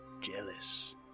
Jealous